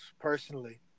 personally